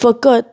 फकत